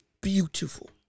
beautiful